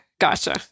Gotcha